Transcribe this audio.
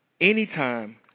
Anytime